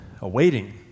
awaiting